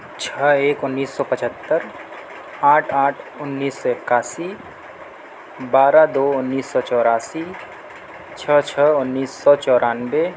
چھ ایک انیس سو پچہتر آٹھ آٹھ انیس سو اکاسی بارہ دو انیس سو چوراسی چھ چھ انیس سو چورانبے